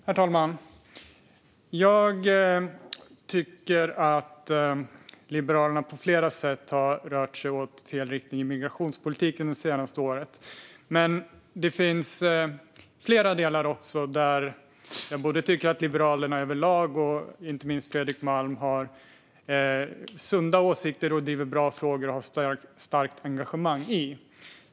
Herr talman! Jag tycker att Liberalerna på flera sätt har rört sig i fel riktning i migrationspolitiken det senaste året. Men det finns också flera delar där jag tycker att Liberalerna överlag och inte minst Fredrik Malm har sunda åsikter och driver bra frågor som de har ett starkt engagemang i.